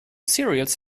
cereals